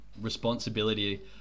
responsibility